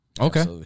Okay